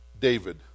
David